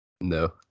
No